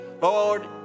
lord